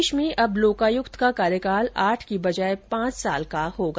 प्रदेश में अब लोकायुक्त का कार्यकाल आठ की बजाय पांच साल का होगा